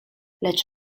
lecz